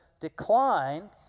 decline